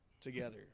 together